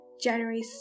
January